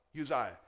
Uzziah